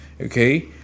okay